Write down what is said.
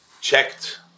checked